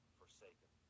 forsaken